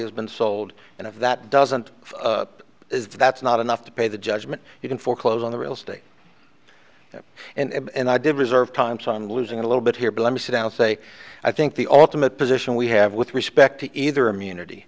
has been sold and if that doesn't is that's not enough to pay the judgment you can foreclose on the real estate and i did reserve times on losing a little bit here but let me sit down say i think the ultimate position we have with respect to either immunity